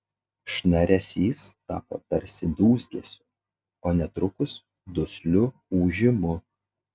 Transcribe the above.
šnaresys tapo tarsi dūzgesiu o netrukus dusliu ūžimu